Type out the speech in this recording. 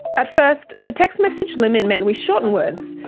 at first the text message limit meant we shortened words.